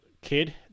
Kid